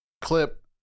clip